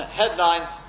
headlines